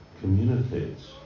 communicates